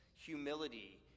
humility